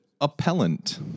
appellant